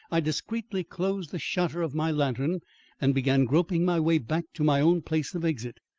i discreetly closed the shutter of my lantern and began groping my way back to my own place of exit.